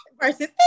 versus